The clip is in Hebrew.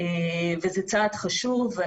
זה צעד חשוב.